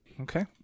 Okay